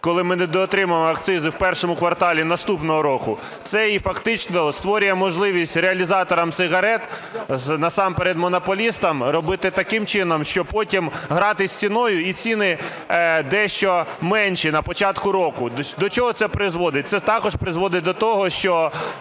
коли ми недотримуємо акцизи в І кварталі наступного року, це і фактично створює можливість реалізаторам сигарет, насамперед монополістам, робити таким чином, щоб потім гратись ціною і ціни дещо менші на початку року. До чого це призводить. Це також призводить до того, що